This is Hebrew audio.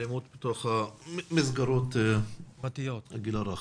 אלימות בתוך מסגרות הגיל הרך.